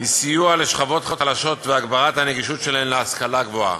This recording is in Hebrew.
היא סיוע לשכבות חלשות והגברת הנגישות של ההשכלה הגבוהה.